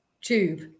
tube